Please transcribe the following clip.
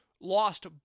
lost